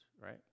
right